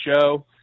show